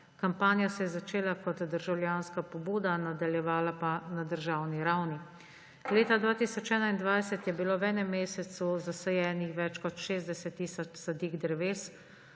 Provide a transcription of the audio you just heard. kampanja se je začela kot državljanska pobuda, nadaljevala pa na državni ravni. Leta 2021 je bilov enem mesecu zasajenih več kot 60 tisoč sadik dreves,